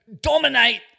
dominate